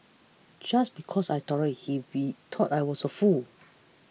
just because I tolerated he be thought I was a fool